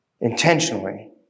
Intentionally